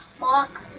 Mark